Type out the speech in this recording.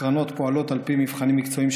הקרנות פועלות על פי מבחנים מקצועיים,